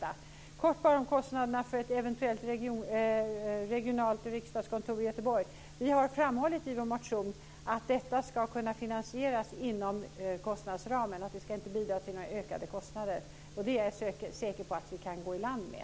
Sedan vill jag helt kort beröra kostnaderna för ett eventuellt regionalt riksdagskontor i Göteborg. I vår motion framhåller vi att detta ska kunna finansieras inom kostnadsramen; det ska alltså inte bidra till ökade kostnader, och det är jag säker på att vi kan gå i land med.